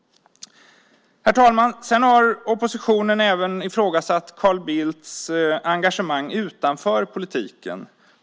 Herr talman! Oppositionen har även ifrågasatt Carl Bildts engagemang utanför politiken.